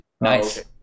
nice